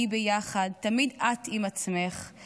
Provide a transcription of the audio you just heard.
היי ביחד / תמיד את עם עצמך /